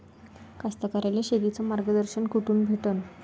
कास्तकाराइले शेतीचं मार्गदर्शन कुठून भेटन?